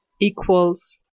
equals